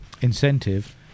incentive